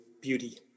beauty